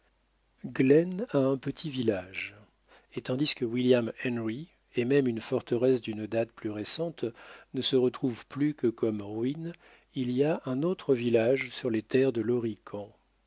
glenn a un petit village et tandis que william henry et même une forteresse d'une date plus récente ne se retrouvent plus que comme ruines il y a un autre village sur les terres de